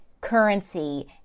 currency